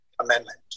amendment